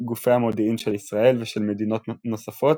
גופי המודיעין של ישראל ושל מדינות נוספות,